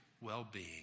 well-being